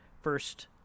first